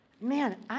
Man